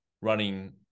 running